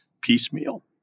piecemeal